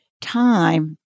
time